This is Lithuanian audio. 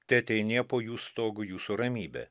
teateinie po jų stogu jūsų ramybė